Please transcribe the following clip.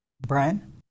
Brian